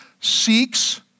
seeks